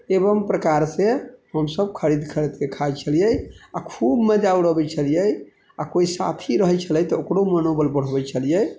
एवम प्रकारसँ हमसब खरीद खरीदके खाइ छलिए आओर खूब मजा उड़बै छलिए आओर कोइ साथी रहै छलै तऽ ओकरो मनोबल बढ़बै छलिए